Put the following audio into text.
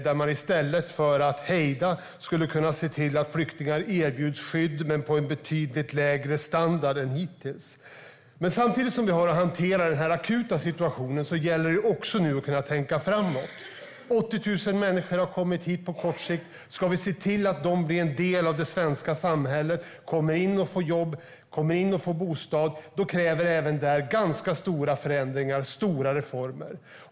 I stället för att stoppa antalet asylsökande skulle vi kunna erbjuda flyktingar skydd men med en betydligt lägre standard än hittills. Samtidigt som vi har att hantera den akuta situationen gäller det att också tänka framåt. 80 000 människor har kommit hit på kort tid. Om de ska bli en del av det svenska samhället, komma in och få jobb och bostad, krävs ganska stora reformer.